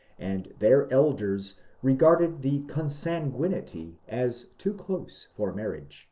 and their elders regarded the consanguinity as too close for marriage.